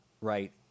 right